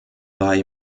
bei